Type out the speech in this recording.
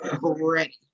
ready